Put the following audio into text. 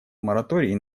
мораторий